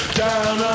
down